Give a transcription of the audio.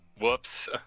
Whoops